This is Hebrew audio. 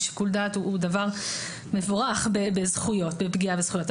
ושיקול דעת הוא דבר מבורך בפגיעה בזכויות.